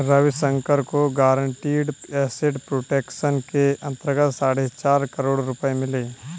रविशंकर को guaranteed asset protection के अंतर्गत साढ़े चार करोड़ रुपये मिले